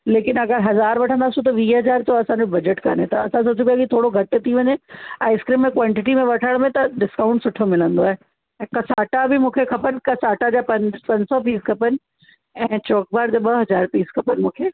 लेकिन अगरि हज़ार वठंदासीं त वीह हज़ार त असांजो बजट कोन्हे त असां सोचूं पिया की थोरो घटि थी वञे आइसक्रीम में क्वांटिटी में वठण में त डिस्काउंट सुठो मिलंदो आहे ऐं कसाटा बि मूंखे खपनि कसाटा जा पंज पंज सौ पीस खपनि ऐं चॉकोबार जा ॿ हज़ार पीस खपनि मूंखे